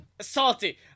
Salty